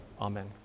Amen